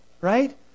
right